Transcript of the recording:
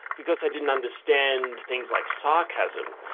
because i didn't understand things like sarcasm,